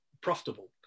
profitable